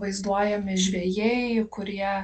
vaizduojami žvejai kurie